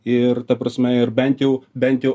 ir ta prasme ir bent jau bent jau